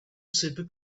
super